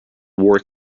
wore